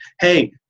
Hey